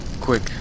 quick